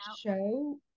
show